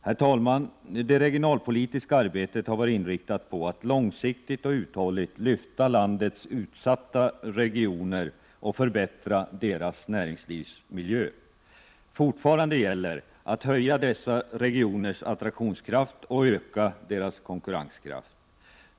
Herr talman! Det regionalpolitiska arbetet har varit inriktat på att långsiktigt och uthålligt lyfta landets utsatta regioner och förbättra deras näringslivsmiljö. Fortfarande gäller det att höja dessa regioners attraktionskraft och att öka deras konkurrenskraft.